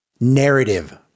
narrative